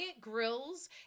grills